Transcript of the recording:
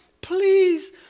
please